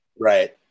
Right